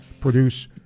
produce